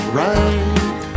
right